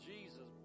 Jesus